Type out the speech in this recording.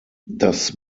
das